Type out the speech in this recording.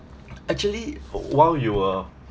actually while you were